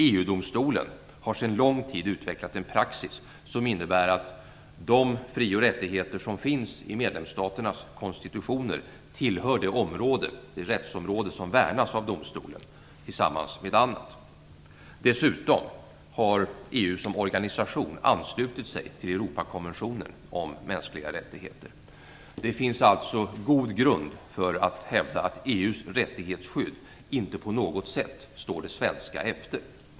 EU-domstolen har sedan lång tid utvecklat en praxis som innebär att de fri och rättigheter som finns i medlemsstaternas konstitutioner tillhör det rättsområde som värnas av domstolen tillsammans med annat. Dessutom har EU som organisation anslutit sig till Europakonventionen om mänskliga rättigheter. Det finns alltså god grund för att hävda att EU:s rättighetsskydd inte på något sätt står det svenska efter.